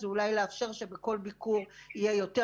אז אולי לאפשר שבכל ביקור יהיה יותר